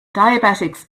diabetics